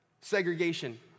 segregation